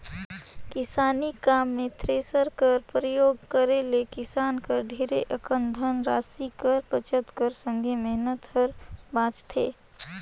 किसानी काम मे थेरेसर कर परियोग करे ले किसान कर ढेरे अकन धन रासि कर बचत कर संघे मेहनत हर बाचथे